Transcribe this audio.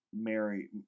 Mary